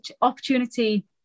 opportunity